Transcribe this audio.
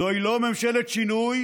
זוהי לא ממשלת שינוי